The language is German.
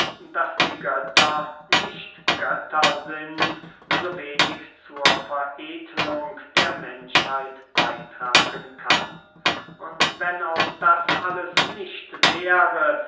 daß die götter nicht götter sind so wenig zur veredlung der menschheit beytragen kann und wenn auch das alles nicht wäre